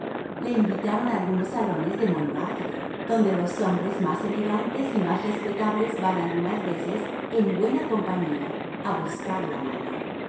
le invitaron a algunos salones de montmartre donde los hombres más elegantes y más respetables van algunas veces en buena compañía a buscar la mala